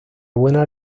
buena